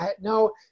no